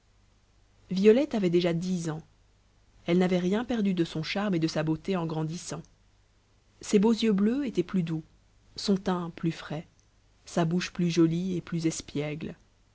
violette avait déjà dix ans elle n'avait rien perdu de son charme et de sa beauté en grandissant ses beaux yeux bleus étaient plus doux son teint plus frais sa bouche plus jolie et plus espiègle